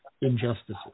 injustices